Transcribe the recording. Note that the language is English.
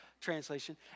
Translation